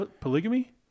polygamy